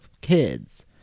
kids